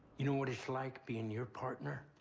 you know what it's like being your partner,